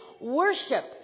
worship